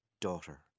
Daughter